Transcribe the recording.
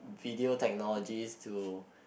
video technologies to